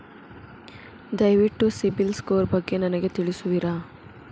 ದಯವಿಟ್ಟು ಸಿಬಿಲ್ ಸ್ಕೋರ್ ಬಗ್ಗೆ ನನಗೆ ತಿಳಿಸುವಿರಾ?